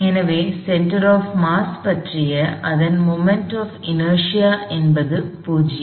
எனவே centre of mass பற்றிய அதன் மொமெண்ட் ஆப் இநேர்ஸியா என்பது 0